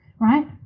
right